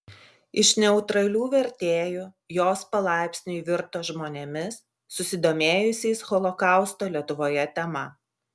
iš neutralių vertėjų jos palaipsniui virto žmonėmis susidomėjusiais holokausto lietuvoje tema